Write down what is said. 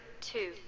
two